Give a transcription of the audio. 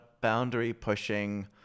boundary-pushing